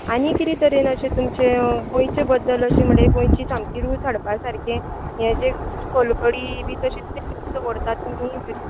आनी कितें अशें तरेन तुमचें गोंयचें बद्दल अशें म्हणलें गोंयची सामकी रूच हाडपा सारकें हें जें सोलकडी बी तशें कितें दवरतात तुमी बरी